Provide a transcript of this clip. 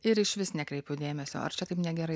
ir išvis nekreipiu dėmesio ar čia taip negerai